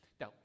Now